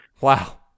Wow